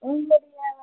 உங்களுடைய